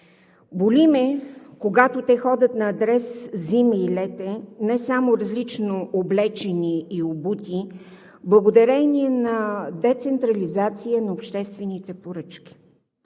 Боли ме, когато те ходят на адрес зиме и лете не само различно облечени и обути, благодарение на децентрализация на обществените поръчки,